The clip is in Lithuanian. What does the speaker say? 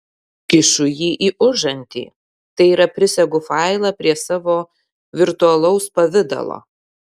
kišu jį į užantį tai yra prisegu failą prie savo virtualaus pavidalo